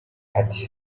ati